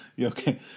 okay